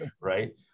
Right